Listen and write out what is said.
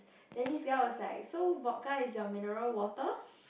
Dennis Liow was like so vodka is your mineral water